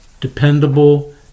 dependable